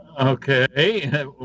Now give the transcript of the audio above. Okay